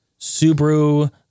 Subaru